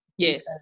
Yes